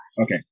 Okay